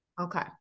Okay